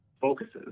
focuses